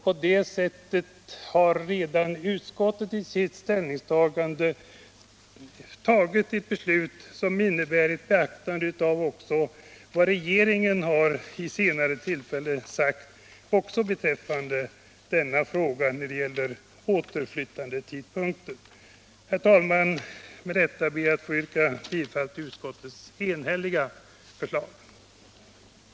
På det sättet har redan utskottet i sitt ställningstagande tagit ett beslut som innebär ett beaktande också av vad regeringen vid senare tillfällen sagt när det gäller tidpunkten för återflyttning. Herr talman! Med detta ber jag att få yrka bifall till utskottets enhälliga förslag.